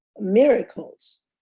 miracles